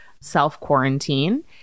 self-quarantine